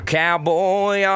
cowboy